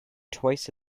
twice